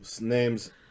names